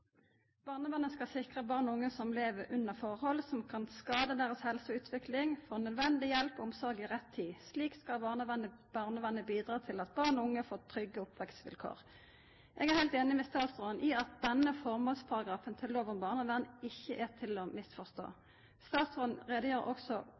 Barnevernet skal sikre at barn og unge som lever under forhold som kan skade deres helse og utvikling, får nødvendig hjelp og omsorg i rett tid. Slik skal barnevernet bidra til at barn og unge får trygge oppvekstvilkår. Jeg er helt enig med statsråden i at denne formålsparagrafen til lov om barnevern ikke er til å